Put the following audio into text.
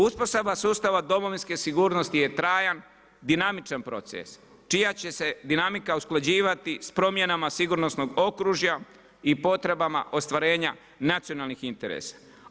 Uspostava sustava domovinske sigurnosti je trajan, dinamičan proces, čija će se dinamika usklađivati s promjenama sigurnosnog okružja i potrebama ostvarenja nacionalnog interesa.